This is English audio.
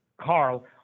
Carl